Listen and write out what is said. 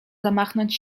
zamachnąć